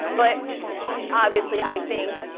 but obviously, i think,